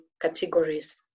categories